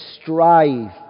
strive